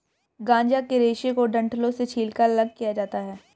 गांजा के रेशे को डंठलों से छीलकर अलग किया जाता है